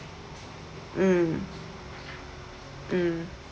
mm mm